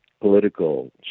political